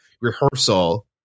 rehearsal